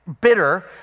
bitter